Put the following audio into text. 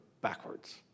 backwards